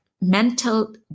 mental